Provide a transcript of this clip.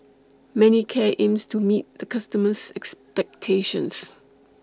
Manicare aims to meet The customers' expectations